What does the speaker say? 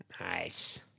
Nice